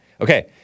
Okay